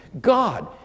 God